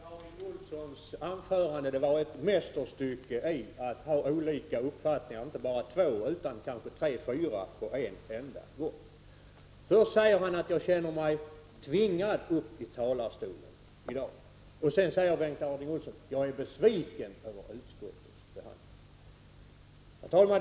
Herr talman! Bengt Harding Olsons anförande var ett mästerstycke i att ha olika uppfattningar på en gång, inte bara två utan kanske tre fyra. Först säger han att han känner sig tvingad att gå upp i talarstolen i dag. Sedan säger han att han är besviken över utskottets behandling. Herr talman!